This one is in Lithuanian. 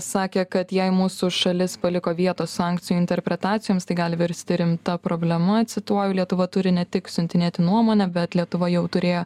sakė kad jei mūsų šalis paliko vietos sankcijų interpretacijoms tai gali virsti rimta problema cituoju lietuva turi ne tik siuntinėti nuomonę bet lietuva jau turėjo